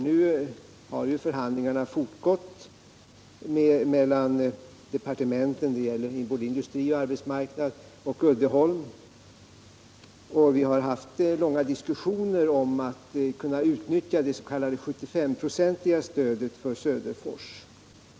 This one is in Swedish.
Nu har ju förhandlingarna fortgått mellan departementen — det gäller både industrioch arbetsmarknadsdepartementet — och Uddeholm, och vi har haft långa diskussioner om utnyttjandet av det s.k. 75-procentiga stödet till Söderfors.